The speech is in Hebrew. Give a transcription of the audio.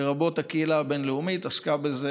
לרבות הקהילה הבין-לאומית, עסקה בזה,